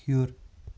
ہیوٚر